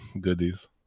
goodies